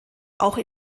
auch